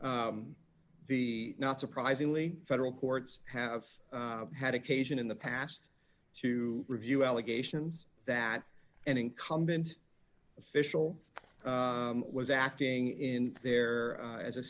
the not surprisingly federal courts have had occasion in the past to review allegations that an incumbent official was acting in there as a